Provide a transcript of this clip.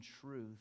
truth